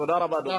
תודה רבה, אדוני.